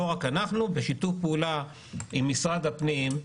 לא רק אנחנו, שיתוף פעולה עם משרד הפנים.